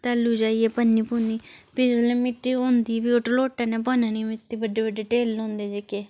तैलु जाइयै भन्नी भुन्नी फ्ही जिसलै मिट्टी होंदी फ्ही ओह् तलोटे कन्नै भन्ननी मिट्टी बड्डे बड्डे ढिल्ल होंदे जेह्के